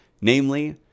namely